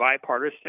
bipartisan